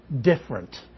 different